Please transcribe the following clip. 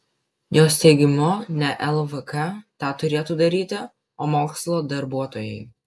jos teigimu ne lvk tą turėtų daryti o mokslo darbuotojai